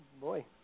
boy